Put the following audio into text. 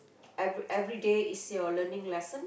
every~ everyday is your learning lesson